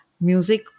music